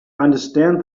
understand